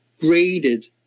graded